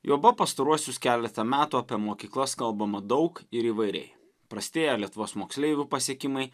juoba pastaruosius keletą metų apie mokyklas kalbama daug ir įvairiai prastėja lietuvos moksleivių pasiekimai